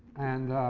and